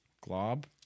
Glob